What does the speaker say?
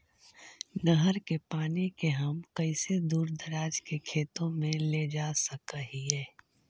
नहर के पानी के हम कैसे दुर दराज के खेतों में ले जा सक हिय?